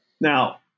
now